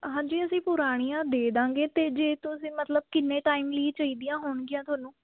ਹਾਂਜੀ ਅਸੀਂ ਪੁਰਾਣੀਆਂ ਦੇ ਦਾਂਗੇ ਅਤੇ ਜੇ ਤੁਸੀਂ ਮਤਲਬ ਕਿੰਨੇ ਟਾਈਮ ਲਈ ਚਾਹੀਦੀਆਂ ਹੋਣਗੀਆਂ ਤੁਹਾਨੂੰ